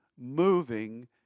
moving